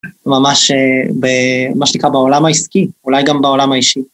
ממש.. מה שנקרא בעולם העסקי, אולי גם בעולם האישי.